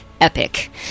Epic